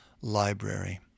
Library